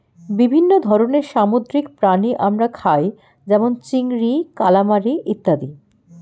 বিভিন্ন ধরনের সামুদ্রিক প্রাণী আমরা খাই যেমন চিংড়ি, কালামারী ইত্যাদি